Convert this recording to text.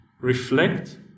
reflect